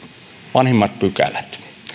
vanhimmat pykälät